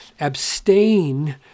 abstain